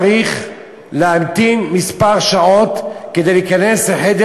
הוא היה צריך להמתין כמה שעות כדי להיכנס לחדר